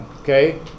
Okay